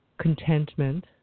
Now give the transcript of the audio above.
contentment